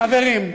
חברים,